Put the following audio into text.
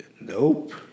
Nope